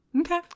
okay